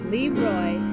Leroy